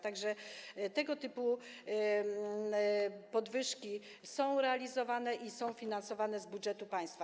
Tak że tego typu podwyżki są realizowane i są finansowane z budżetu państwa.